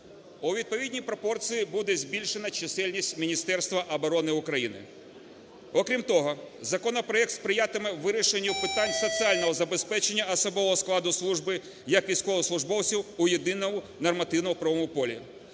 У відповідній пропорції буде збільшена чисельність Міністерства оборони України. Окрім того, законопроект сприятиме вирішенню питань соціального забезпечення особового складу служби як військовослужбовців у єдиному нормативному правовому полі.